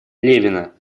левина